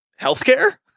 Healthcare